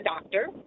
doctor